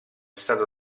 stato